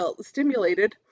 stimulated